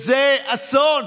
זה אסון,